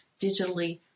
digitally